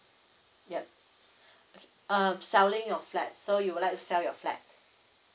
yup uh selling your flat so you would like sell your flat